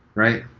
right?